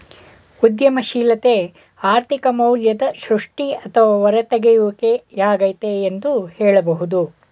ಉದ್ಯಮಶೀಲತೆ ಆರ್ಥಿಕ ಮೌಲ್ಯದ ಸೃಷ್ಟಿ ಅಥವಾ ಹೂರತೆಗೆಯುವಿಕೆ ಯಾಗೈತೆ ಎಂದು ಹೇಳಬಹುದು